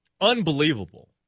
Unbelievable